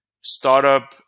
startup